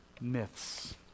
myths